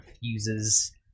uses